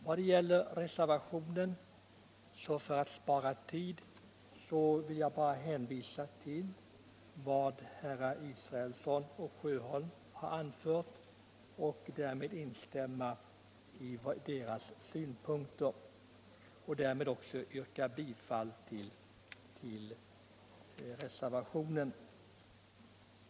Vad gäller reservationen vill jag för att spara tid bara hänvisa till vad herrar Israelsson och Sjöholm har anfört, instämma i deras synpunkter och därmed också yrka bifall till reservationen.